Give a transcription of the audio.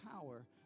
power